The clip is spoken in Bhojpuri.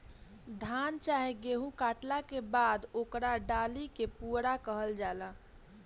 धान चाहे गेहू काटला के बाद ओकरा डाटी के पुआरा कहल जाला